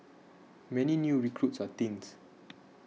many new recruits are teens